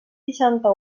seixanta